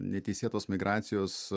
neteisėtos migracijos